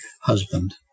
husband